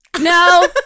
No